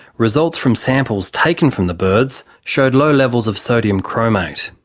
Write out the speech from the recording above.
results from samples taken from the birds showed low levels of sodium chromate.